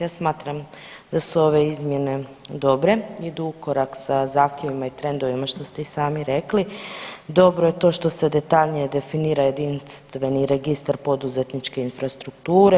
Ja smatram da su ove izmjene dobre, idu u korak sa zahtjevima i trendovima što ste i sami rekli dobro je to što se detaljnije definira jedinstveni registar poduzetničke infrastrukture.